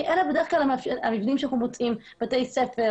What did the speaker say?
כי אלה המבנים שאנחנו בדרך כלל מוצאים: בתי ספר,